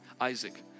Isaac